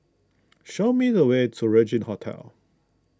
show me the way to Regin Hotel